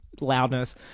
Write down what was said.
loudness